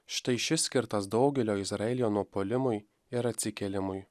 štai šis skirtas daugelio izraelyje nupuolimui ir atsikėlimui